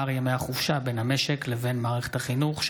ואורית פרקש הכהן בנושא: פער ימי החופשה בין המשק לבין מערכת החינוך.